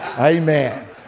Amen